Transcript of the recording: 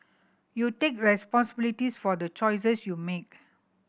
you take responsibilities for the choices should make